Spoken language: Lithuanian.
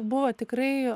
buvo tikrai